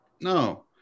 No